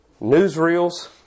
newsreels